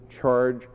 charge